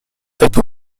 tête